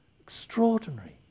Extraordinary